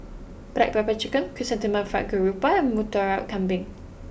Black Pepper Chicken Chrysanthemum Fried Garoupa and Murtabak Kambing